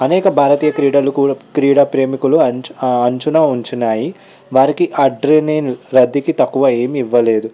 అనేక భారతీయ క్రీడలు కూడా క్రీడ ప్రేమికులు అంచు అంచున ఉంచున్నాయి వారికి అడ్రి నేను రతికి తక్కువ ఏమి ఇవ్వలేదు